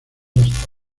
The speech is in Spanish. hasta